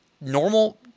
normal